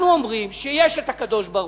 אנחנו אומרים שיש הקדוש-ברוך-הוא,